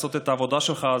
לעשות את העבודה שלך.